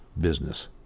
business